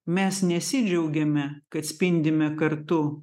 mes nesidžiaugiame kad spindime kartu